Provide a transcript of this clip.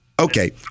Okay